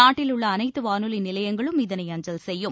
நாட்டில் உள்ள அனைத்து வானொலி நிலையங்களும் இதனை அஞ்சல் செய்யும்